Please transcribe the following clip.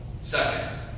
Second